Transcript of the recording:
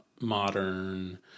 modern